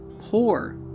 poor